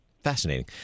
Fascinating